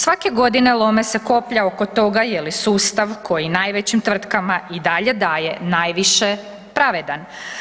Svake godine lome se koplja oko toga je li sustav koji najvećim tvrtkama i dalje daje naviše pravedan.